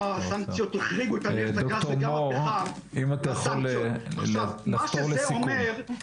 ד"ר מור, אם תוכל לחתור לסיכום.